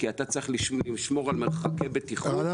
כי אתה צריך לשמור על מרחקי בטיחות --- רענן,